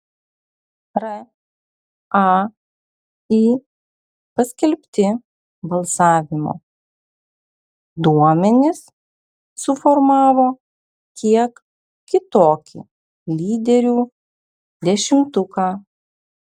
rai paskelbti balsavimo duomenys suformavo kiek kitokį lyderių dešimtuką